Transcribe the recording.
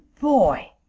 boy